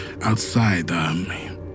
outside